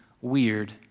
weird